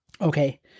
Okay